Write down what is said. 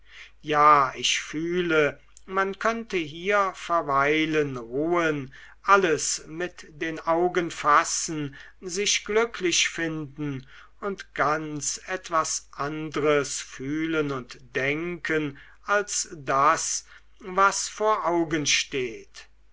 ja ich fühle man könnte hier verweilen ruhen alles mit den augen fassen sich glücklich finden und ganz etwas andres fühlen und denken als das was vor augen steht